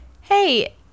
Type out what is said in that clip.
hey